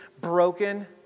broken